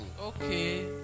Okay